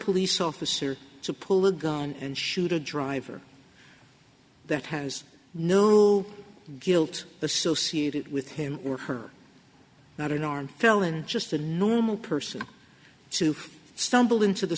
police officer to pull a gun and shoot a driver that has no guilt associated with him or her not an armed felon just a normal person to stumble into the